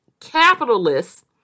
capitalists